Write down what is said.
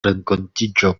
renkontiĝo